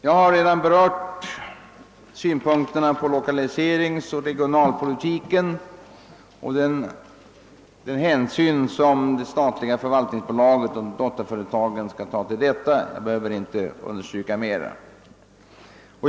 Jag har redan berört synpunkterna på lokaliseringsoch regionalpolitiken och den hänsyn som det statliga förvaltningsbolaget och = dotterföretagen skall ta till denna. Jag behöver inte understryka den saken mera.